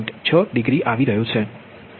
6 degree જમણે આવી રહ્યો છે